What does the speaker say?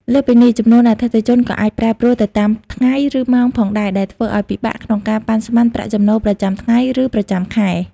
លើសពីនេះ ចំនួនអតិថិជនក៏អាចប្រែប្រួលទៅតាមថ្ងៃ ឬម៉ោងផងដែរ ដែលធ្វើឱ្យពិបាកក្នុងការប៉ាន់ស្មានប្រាក់ចំណូលប្រចាំថ្ងៃ ឬប្រចាំខែ។